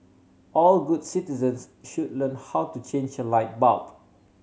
all good citizens should learn how to change a light bulb